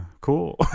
cool